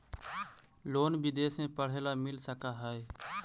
Loan विदेश में पढ़ेला मिल सक हइ?